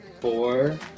four